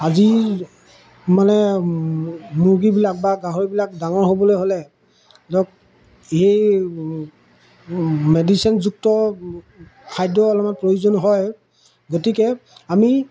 আজিৰ মানে মুৰ্গীবিলাক বা গাহৰিবিলাক ডাঙৰ হ'বলৈ হ'লে ধৰক সেই মেডিচিনযুক্ত খাদ্য অলপমান প্ৰয়োজন হয় গতিকে আমি